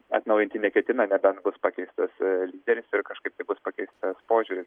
atnaujinti neketina nebent bus pakeistas lyderis ir kažkaip tai bus pakeistas požiūris